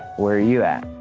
where are you at?